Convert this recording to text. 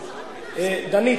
דנית,